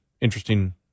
interesting